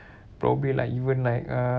probably like even like uh